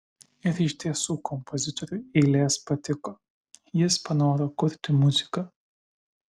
ir iš tiesų kompozitoriui eilės patiko jis panoro kurti muziką